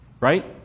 right